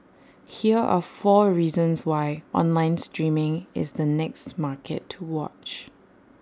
here are four reasons why online streaming is the next market to watch